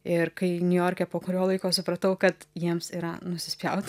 ir kai niujorke po kurio laiko supratau kad jiems yra nusispjaut